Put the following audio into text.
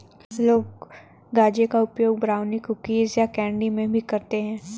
लोग गांजे का उपयोग ब्राउनी, कुकीज़ या कैंडी में भी करते है